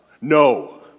No